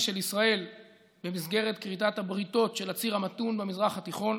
של ישראל במסגרת כריתת הבריתות של הציר המתון במזרח התיכון,